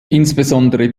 insbesondere